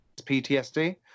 PTSD